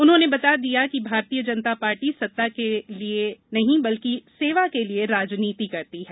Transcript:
उन्होंने बता दिया है कि भारतीय जनता पार्टी सत्ता के लिए नहीं बल्कि सेवा के लिए राजनीति करती है